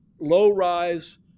low-rise